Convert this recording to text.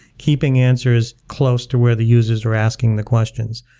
keeping answers close to where the users are asking the questions.